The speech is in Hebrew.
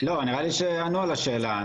נראה לי שענו על השאלה.